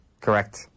Correct